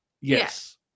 Yes